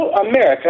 America